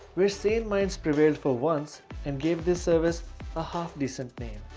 where sane mind's prevailed for once and give this service a half decent name.